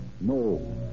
No